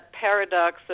paradox